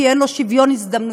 כי אין לו שוויון הזדמנויות,